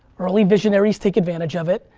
early visionaries take advantage of it,